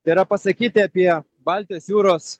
tai yra pasakyti apie baltijos jūros